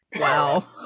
Wow